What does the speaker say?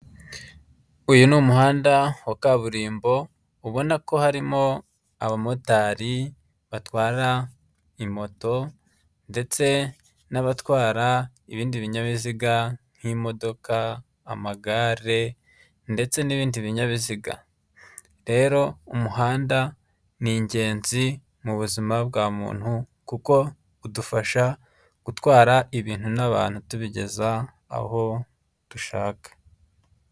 Uyu ni umuhanda wa kaburimbo, ubona ko harimo abamotari batwara moto, ndetse n'abatwara ibindi binyabiziga nk'imodoka, amagare, ndetse n'ibindi binyabiziga. Rero umuhanda ni ingenzi mu buzima bwa muntu kuko udufasha gutwara ibintu n'abantu tubigeza aho dushaka.